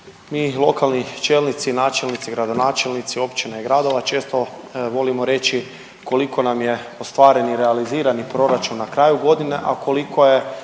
mi lokalni čelnici i načelnici, gradonačelnici općina i gradova često volimo reći koliko nam je ostvaren i realizirani proračun na kraju godine, a koliko je